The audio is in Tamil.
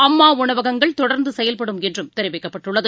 அம்மாஉணவகங்கள் தொடர்ந்துசெயல்படும் என்றும் தெரிவிக்கப்பட்டுள்ளது